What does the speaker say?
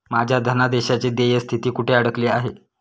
माझ्या धनादेशाची देय स्थिती कुठे अडकली आहे?